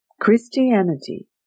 Christianity